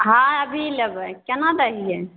हँ अभी लेबै केना दै हियै